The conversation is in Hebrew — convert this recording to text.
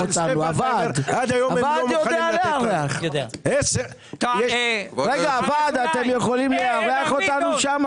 הוועד, אתם יכולים לארח אותנו?